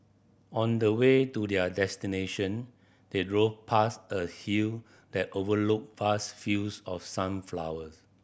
on the way to their destination they drove past a hill that overlooked vast fields of sunflowers